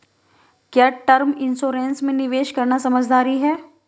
क्या term insurance में निवेश करना समझदारी है?